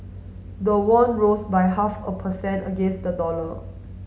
the won rose by half a per cent against the dollar